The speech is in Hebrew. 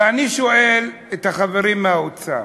ואני שואל את החברים מהאוצר: